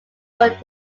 but